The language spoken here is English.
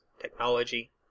technology